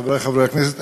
חברי חברי הכנסת,